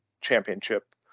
championship